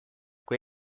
kui